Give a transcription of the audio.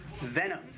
Venom